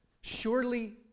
surely